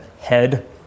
head